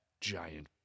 giant